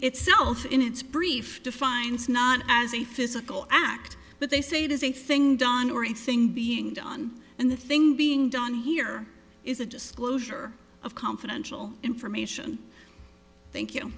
itself in its brief defines not as a physical act but they say there's a thing done or a thing being done and the thing being done here is a disclosure of confidential information thank you